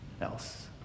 else